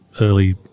early